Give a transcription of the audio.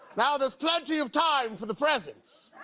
now there's plenty of time for the present.